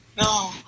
No